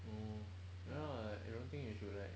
mmhmm you know I don't think you should like